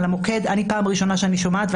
זו פעם ראשונה שאני שומעת על המוקד,